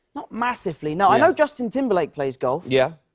massively, no. i know justin timberlake plays golf. yeah.